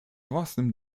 własnym